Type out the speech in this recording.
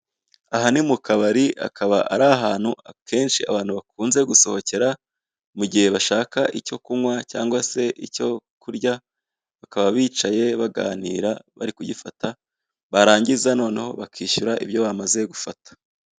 Aha ni mu kabari, akaba ari ahantu akenshi abantu bakunze gusohokera, mu gihe bashaka icyo kunywa cyangwa se icyo kurya, bakaba bicaye, baganira, bari kugifata, barangiza noneho, bakishyura ibyo bamaze gufata.